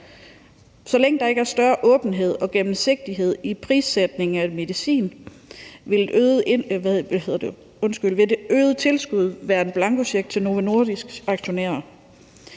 Så længe der ikke er større åbenhed og gennemsigtighed i prissætningen af medicin, vil det øgede tilskud være en blankocheck til Novo Nordisks aktionærer.